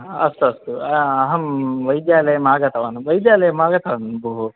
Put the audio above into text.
अस्तु अस्तु अहं वैद्यालयम् आगतवान् वैद्यालयम् आगतवान् बोः